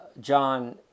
John